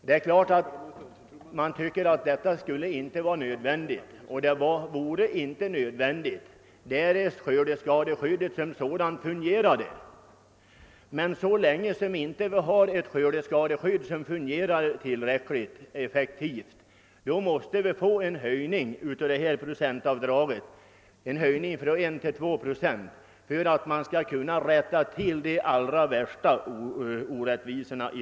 Det kan förstås tyckas att detta inte skulle vara nödvändigt, och det skulle det inte vara därest skördeskadeskyddet som sådant fungerade. Så länge som vi inte har ett skördeskadeskydd, som fungerar tillräckligt effektivt, måste vi kräva en höjning av procentavdraget från 1 till 2 procent för att kunna rätta till de värsta orättvisorna.